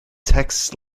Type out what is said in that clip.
tex